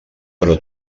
però